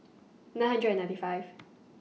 nine hundred and ninety five